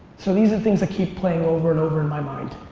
so these are things that keep playing over and over in my mind.